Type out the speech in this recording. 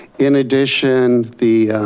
in addition the